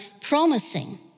promising